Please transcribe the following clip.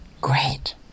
Great